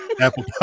Apple